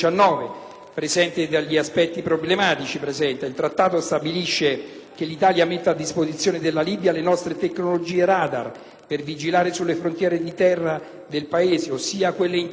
detto articolo, che l'Italia metta a disposizione della Libia le nostre tecnologie *radar* per vigilare sulle frontiere di terra del Paese, ossia quelle interne.